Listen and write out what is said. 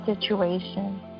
situation